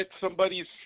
somebody's